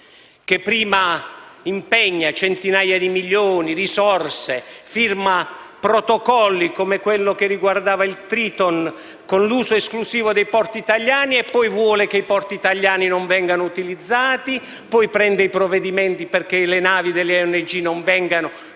che prima impegna centinaia di milioni e risorse, firmando protocolli, come quello che riguardava Triton, con l'uso esclusivo dei porti italiani, e poi vuole che i porti italiani non vengano utilizzati; prende provvedimenti perché le navi delle ONG non vengano giustamente